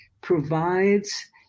provides